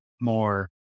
more